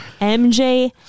MJ